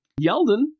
Yeldon